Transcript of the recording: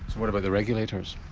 what about the regulators?